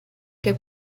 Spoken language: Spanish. que